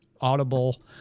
audible